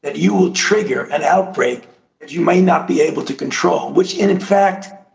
and you will trigger an outbreak you may not be able to control, which in in fact,